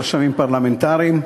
רשמים פרלמנטריים,